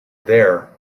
there